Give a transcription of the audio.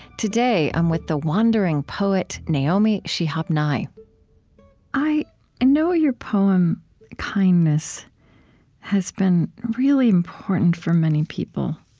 today, i'm with the wandering poet, naomi shihab nye i and know your poem kindness has been really important for many people.